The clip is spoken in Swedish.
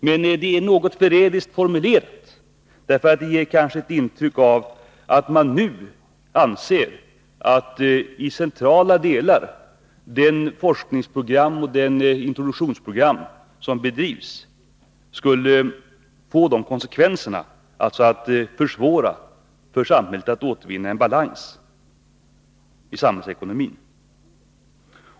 Men det är en något förrädisk formulering, eftersom den kan ge intryck av, att man anser att det forskningsoch introduktionsarbete som nu bedrivs skulle försvåra för Sverige att återvinna balans i samhällsekonomin.